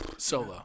Solo